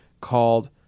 called